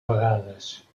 vegades